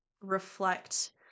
reflect